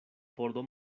pordo